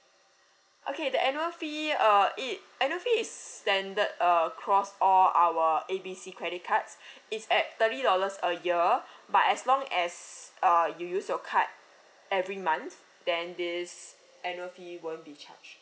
okay the annual fee uh it annual fee is standard uh across all our A B C credit cards it's at thirty dollars a year but as long as uh you use your card every month then this annual fee won't be charged